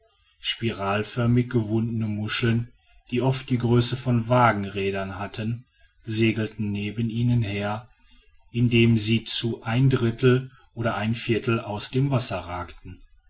spiralförmig gewundene muscheln die oft die größe von wagenrädern hatten segelten neben ihnen her indem sie zu eindrittel oder einviertel aus dem wasser ragten